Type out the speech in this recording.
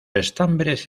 estambres